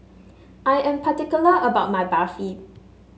I am particular about my Barfi